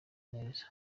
neza